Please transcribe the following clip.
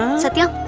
um sathya,